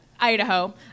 Idaho